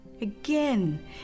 Again